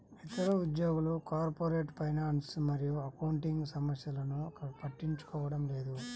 ఇతర ఉద్యోగులు corporate finance మరియు అకౌంటింగ్ సమస్యలను పట్టించుకోవడం లేదు